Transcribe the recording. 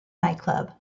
nightclub